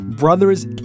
Brothers